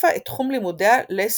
החליפה את תחום לימודיה לסוציולוגיה.